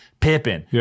Pippen